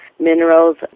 minerals